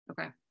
Okay